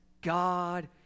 God